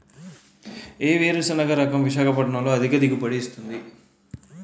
ఏ వేరుసెనగ రకం విశాఖపట్నం లో అధిక దిగుబడి ఇస్తుంది?